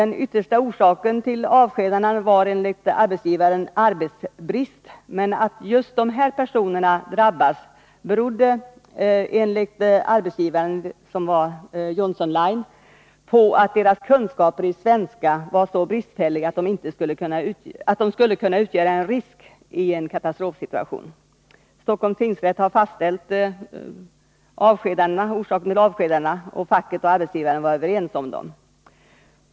Den yttersta orsaken till avskedan 26 maj 1983 dena var enligt arbetsgivaren arbetsbrist, men att just dessa personer drabbades berodde enligt arbetsgivaren, som var Johnson Line, på att deras kunskaper i svenska var så bristfälliga att de skulle kunna utgöra en risk i en katastrofsituation. Stockholms tingsrätt har fastställt denna orsak till avskedandena, som facket och arbetsgivare var överens om.